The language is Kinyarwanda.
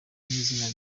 kw’izina